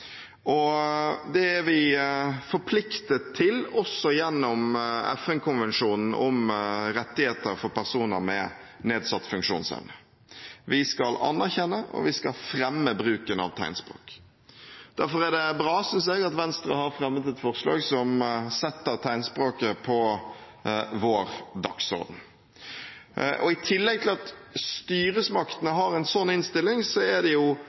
språket. Det er vi forpliktet til også gjennom FN-konvensjonen om rettigheter for personer med nedsatt funksjonsevne. Vi skal anerkjenne og fremme bruken av tegnspråk. Derfor er det bra, synes jeg, at Venstre har fremmet et forslag som setter tegnspråket på vår dagsorden. I tillegg til at styresmaktene har en slik innstilling, er det